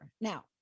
Now